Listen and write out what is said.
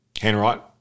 Handwrite